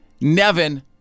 Nevin